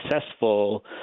successful